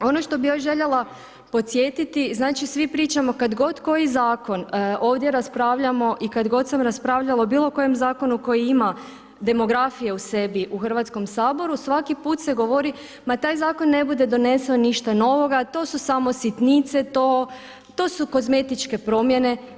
Ono što bi još željela podsjetiti, znači svi pričamo kad god koji zakon ovdje raspravljamo i kad god sam raspravljala o bilo kojem zakonu koji ima demografije u sebi u Hrvatskom saboru, svaki put se govori ma taj zakon ne bude donio ništa novoga, to su samo sitnice, to su kozmetičke promjene.